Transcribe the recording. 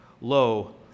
Lo